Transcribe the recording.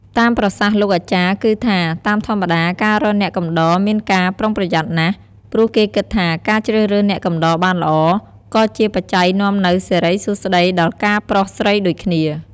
តាមប្រសាសន៍លោកអាចារ្យគឺថា តាមធម្មតាការរកអ្នកកំដរមានការប្រុងប្រយ័ត្នណាស់ ព្រោះគេគិតថាការជ្រើសរើសអ្នកកំដរបានល្អ ក៏ជាបច្ច័យនាំនូវសិរីសួស្តីដល់ការប្រុសស្រីដូចគ្នា។